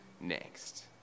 next